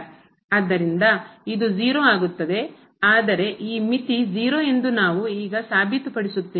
ಆದ್ದರಿಂದ ಇದು 0 ಆಗುತ್ತದೆ ಆದರೆ ಈ ಮಿತಿ 0 ಎಂದು ನಾವು ಈಗ ಸಾಬೀತುಪಡಿಸುತ್ತೇವೆ